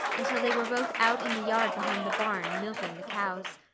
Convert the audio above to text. until they were both out in the yard behind the barn milking the cows.